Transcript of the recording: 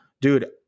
dude